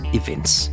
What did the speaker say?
events